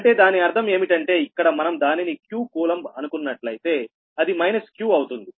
అంటే దాని అర్థం ఏమిటంటే ఇక్కడ మనం దానిని q కూలంబ్ అనుకున్నట్లయితే అది మైనస్ q అవుతుంది